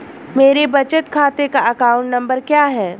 मेरे बचत खाते का अकाउंट नंबर क्या है?